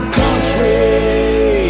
country